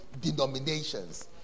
denominations